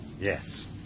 Yes